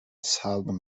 seldom